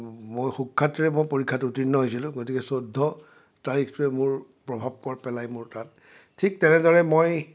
মই সুখ্যাতিৰে মই পৰীক্ষাত উত্তীৰ্ণ হৈছিলোঁ গতিকে চৈধ্য তাৰিখটোৱে মোৰ প্ৰভাৱ প পেলায় মোৰ তাত ঠিক তেনেদৰে মই